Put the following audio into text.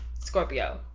Scorpio